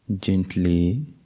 Gently